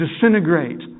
disintegrate